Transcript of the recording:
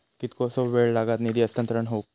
कितकोसो वेळ लागत निधी हस्तांतरण हौक?